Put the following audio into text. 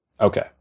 Okay